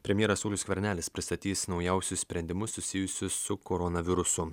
premjeras saulius skvernelis pristatys naujausius sprendimus susijusius su koronavirusu